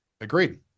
Agreed